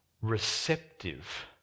receptive